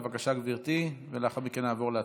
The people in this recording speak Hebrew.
בבקשה, גברתי, ולאחר מכן נעבור להצבעה.